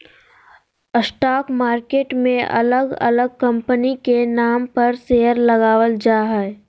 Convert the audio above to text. stock market मे अलग अलग कंपनी के नाम पर शेयर लगावल जा हय